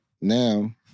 Now